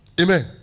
Amen